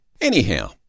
Anyhow